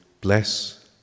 bless